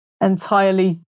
entirely